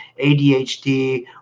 ADHD